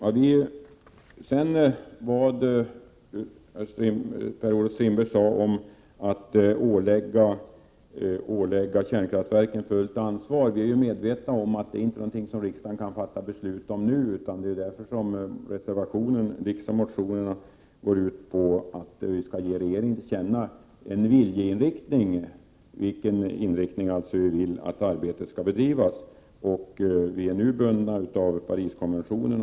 Till det som Per-Olof Strindberg sade om att ålägga kärnkraftverk ett fullt ansvar vill jag säga att vi är medvetna om att riksdagen inte kan fatta beslut om detta nu. Det är därför som reservationen liksom motionerna går ut på att riksdagen bör ge regeringen till känna en viljeinriktning, dvs. vilken inriktning vi vill att arbetet skall ha. Vi är nu bundna av Pariskonventionen, Prot.